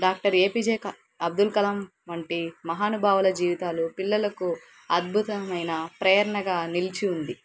doctor A P J క అబ్దుల్ కలాం వంటి మహానుభావుల జీవితాలు పిల్లలకు అద్భుతమైన ప్రేరణగా నిలిచి ఉంది